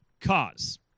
cause